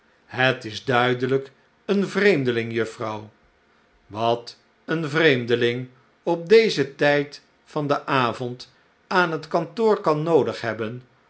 het is duidehjk een vreemdeling juffrouw wat een vreemdeling op dezen tijd van den avond aan het kantoor kan noodig hebben